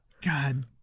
God